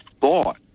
thought